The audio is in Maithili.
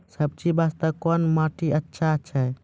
सब्जी बास्ते कोन माटी अचछा छै?